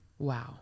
Wow